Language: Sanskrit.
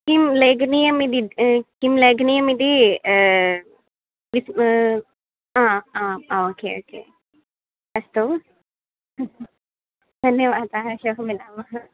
किं लेखनीयम् इति किं लेखनीयमिति मिस् आ आ आ ओके ओके अस्तु धन्यवादाः श्वः मिलामः